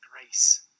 grace